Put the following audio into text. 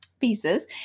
pieces